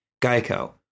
Geico